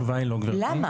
למה?